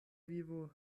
vivo